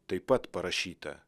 taip pat parašyta